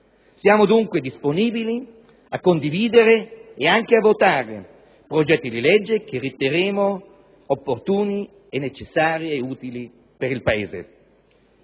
Siamo dunque disponibili a condividere e anche a votare progetti di legge che riterremo opportuni, necessari ed utili per il Paese.